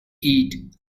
eat